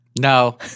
No